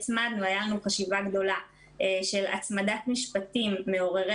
היה לנו חשיבה גדולה של הצמדת משפטים מעוררי